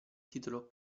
titolo